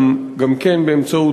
גם כן באמצעות,